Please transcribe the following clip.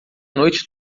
noite